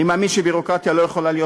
אני מאמין שביורוקרטיה לא יכולה להיות